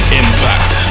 impact